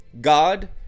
God